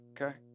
okay